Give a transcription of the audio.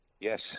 Yes